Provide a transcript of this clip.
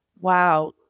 wow